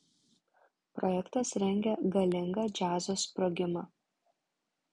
projektas rengia galingą džiazo sprogimą